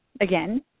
again